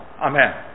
Amen